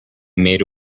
made